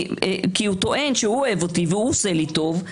הוא טוען שהוא אוהב אותי והוא עושה לי טוב.